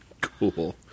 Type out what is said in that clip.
Cool